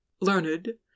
learned